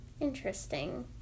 Interesting